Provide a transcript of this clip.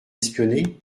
espionner